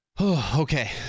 Okay